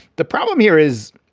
the problem here is.